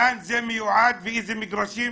לאן הוא מיועד ולאיזה מגרשים?